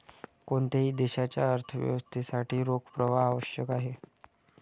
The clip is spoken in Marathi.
कोणत्याही देशाच्या अर्थव्यवस्थेसाठी रोख प्रवाह आवश्यक आहे